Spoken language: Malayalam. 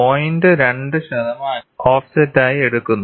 2 ശതമാനം ഓഫ്സെറ്റായി എടുക്കുന്നു